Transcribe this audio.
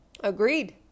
Agreed